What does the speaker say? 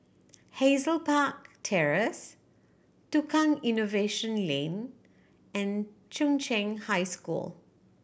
Hazel Park Terrace Tukang Innovation Lane and Chung Cheng High School